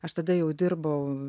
aš tada jau dirbau